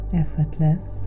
effortless